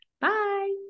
Bye